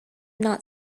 not